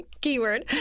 keyword